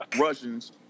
Russians